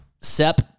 Sep